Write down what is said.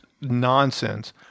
nonsense